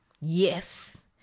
Yes